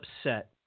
upset